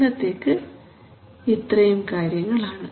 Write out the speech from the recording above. ഇന്നത്തേക്ക് ഇത്രയും കാര്യങ്ങളാണ്